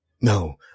No